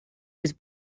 was